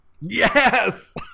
Yes